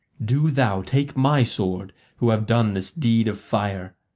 do thou take my sword who have done this deed of fire,